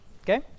okay